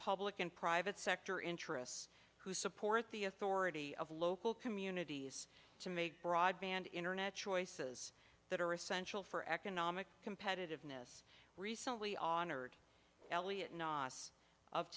public and private sector interests who support the authority of local communities to make broadband internet choices that are essential for economic competitiveness recently honored elliott